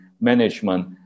management